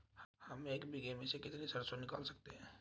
हम एक बीघे में से कितनी सरसों निकाल सकते हैं?